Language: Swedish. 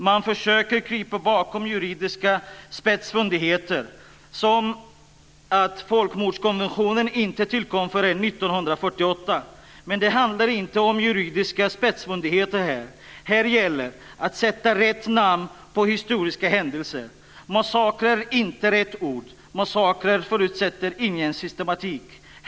Man försöker krypa bakom juridiska spetsfundigheter som att folkmordskonventionen inte tillkom förrän 1948. Men det handlar inte om juridiska spetsfundigheter här. Här gäller att sätta rätt namn på historiska händelser. Massakrer är inte rätt ord, massakrer förutsätter ingen systematik.